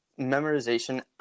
memorization